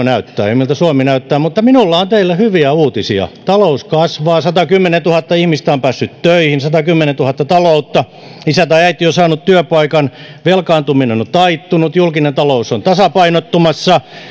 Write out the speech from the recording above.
näyttää ja miltä suomi näyttää mutta minulla on teille hyviä uutisia talous kasvaa satakymmentätuhatta ihmistä on päässyt töihin satakymmentätuhatta taloutta isä tai äiti on saanut työpaikan velkaantuminen on on taittunut julkinen talous on tasapainottumassa